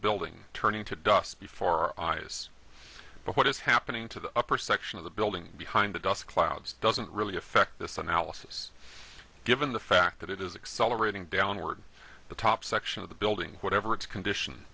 building turning to dust before our eyes but what is happening to the upper section of the building behind the dust clouds doesn't really affect this analysis given the fact that it is accelerating downward the top section of the building whatever its condition